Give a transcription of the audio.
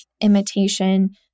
imitation